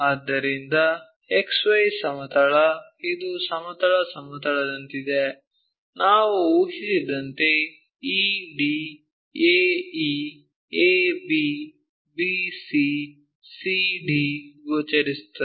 ಆದ್ದರಿಂದ XY ಸಮತಲ ಇದು ಸಮತಲ ಸಮತಲದಂತಿದೆ ನಾವು ಊಹಿಸಿದಂತೆ ED AE AB BC CD ಗೋಚರಿಸುತ್ತದೆ